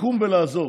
לקום ולעזוב.